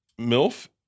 milf